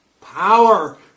power